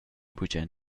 bugen